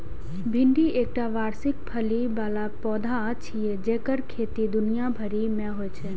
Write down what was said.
भिंडी एकटा वार्षिक फली बला पौधा छियै जेकर खेती दुनिया भरि मे होइ छै